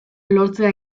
lortzea